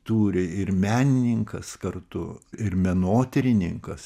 turi ir menininkas kartu ir menotyrininkas